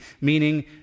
meaning